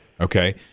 Okay